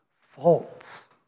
faults